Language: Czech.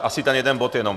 Asi ten jeden bod jenom.